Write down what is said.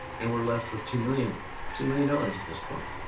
and we're left with two million two million dollars at this point.